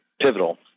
pivotal